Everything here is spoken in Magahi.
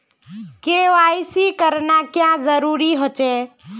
के.वाई.सी करना क्याँ जरुरी होचे?